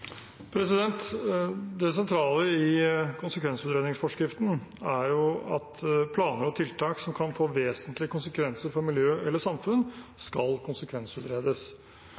Det sentrale i konsekvensutredningsforskriften er at planer og tiltak som kan få vesentlige konsekvenser for miljø eller samfunn, skal konsekvensutredes.